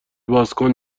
بازکن